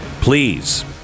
Please